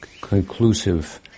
conclusive